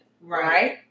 Right